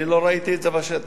אני לא ראיתי את זה בשטח.